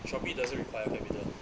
Shopee doesn't require capital